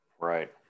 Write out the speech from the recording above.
Right